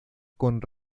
con